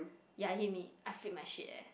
ya he mean I flip my shit eh